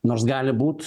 nors gali būt